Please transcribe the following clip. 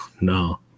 no